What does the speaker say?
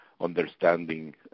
understanding